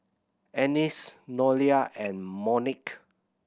Annice Nolia and Monique